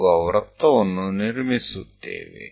ચાલો આપણે તેને નામ આપીએ